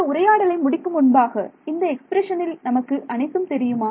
இந்த உரையாடலை முடிக்கும் முன்பாக இந்த எக்ஸ்பிரஷனில் நமக்கு அனைத்தும் தெரியுமா